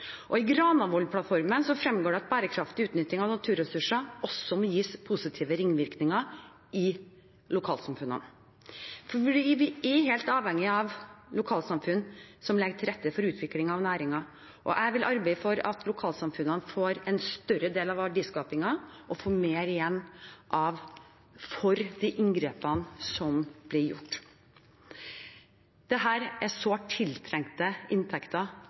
I Granavolden-plattformen fremgår det at bærekraftig utnytting av naturressurser også må gi positive ringvirkninger i lokalsamfunnene. For vi er helt avhengige av lokalsamfunn som legger til rette for utvikling av næringer, og jeg vil arbeide for at lokalsamfunnene får en større del av verdiskapingen og mer igjen for de inngrepene som blir gjort. Dette er sårt tiltrengte inntekter